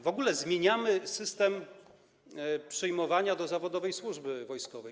W ogóle zmieniamy system przyjmowania do zawodowej służby wojskowej.